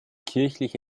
kirchliche